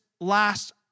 last